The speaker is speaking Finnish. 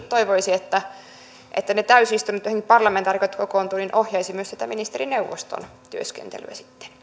toivoisi että että ne täysistunnot joihin parlamentaarikot kokoontuvat ohjaisivat myös sitä ministerineuvoston työskentelyä